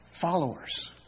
followers